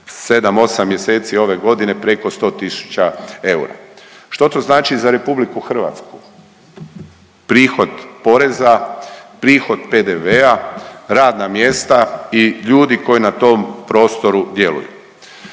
7, 8 mjeseci ove godine preko 100 tisuća eura. Što to znači za RH? Prihod poreza, prihod PDV-a, radna mjesta i ljudi koji na tom prostoru djeluju.